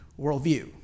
worldview